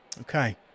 okay